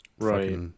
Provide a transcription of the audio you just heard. Right